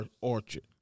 orchard